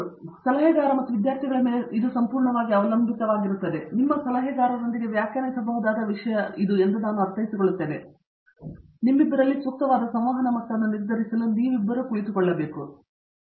ಆದ್ದರಿಂದ ಇದು ಸಲಹೆಗಾರ ಮತ್ತು ವಿದ್ಯಾರ್ಥಿಗಳ ಮೇಲೆ ಸಂಪೂರ್ಣವಾಗಿ ಅವಲಂಬಿತವಾಗಿರುತ್ತದೆ ಆದರೆ ನಿಮ್ಮ ಸಲಹೆಗಾರರೊಂದಿಗೆ ವ್ಯಾಖ್ಯಾನಿಸಬಹುದಾದ ವಿಷಯವೆಂದು ನಾನು ಅರ್ಥೈಸಿಕೊಳ್ಳುತ್ತೇನೆ ಅದು ನಿಮ್ಮಲ್ಲಿ ಸೂಕ್ತವಾದ ಸಂವಹನ ಮಟ್ಟವನ್ನು ನಿರ್ಧರಿಸಲು ನೀವು ಕೇವಲ ಇಬ್ಬರು ಕುಳಿತುಕೊಳ್ಳುತ್ತೀರಿ